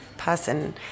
person